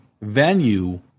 venue